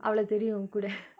அவல தெரியு கூட:avala theriyu kooda